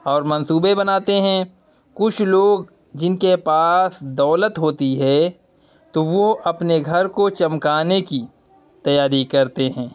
اور منصوبے بناتے ہیں کچھ لوگ جن کے پاس دولت ہوتی ہے تو وہ اپنے گھر کو چمکانے کی تیاری کرتے ہیں